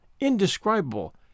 indescribable